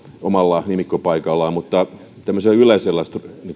omalla nimikkopaikallaan tämmöisellä yleisellä